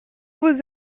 vos